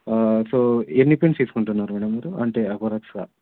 so ఎన్ని paints తీసుకుంటున్నారు madam మీరు అంటే ఏవరేజ్గా